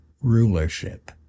rulership